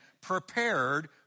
prepared